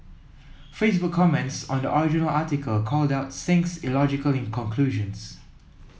Facebook comments on the original article called out Singh's illogically conclusions